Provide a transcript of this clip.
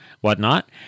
whatnot